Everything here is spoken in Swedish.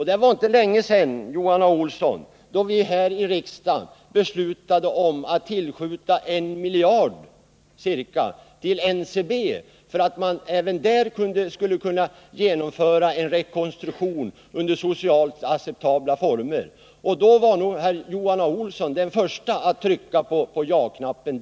Det var inte länge sedan, Johan Olsson, som vi här i riksdagen beslutade tillskjuta ca 1 miljard till NCB för att man även där skulle kunna genomföra en rekonstruktion under socialt acceptabla former. Den gången var nog Johan Olsson den förste att trycka på ja-knappen.